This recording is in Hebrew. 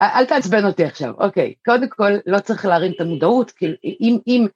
‫אל תעצבן אותי עכשיו, אוקיי. ‫קודם כול, לא צריך להרים את המודעות, כאילו, אם אם...